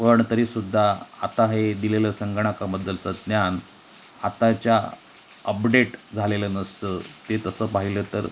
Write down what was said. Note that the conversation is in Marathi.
पण तरीसुद्धा आता हे दिलेलं संगणकाबद्दलचं ज्ञान आताच्या अपडेट झालेलं नसतं ते तसं पाहिलं तर